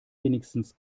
wenigstens